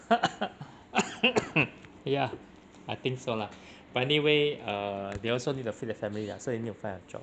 ya I think so lah but anyway err they also need to feed the family lah so they need to find a job